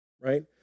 right